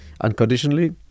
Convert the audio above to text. unconditionally